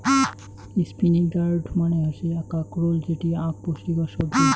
spiny gourd মানে হসে কাঁকরোল যেটি আক পুষ্টিকর সবজি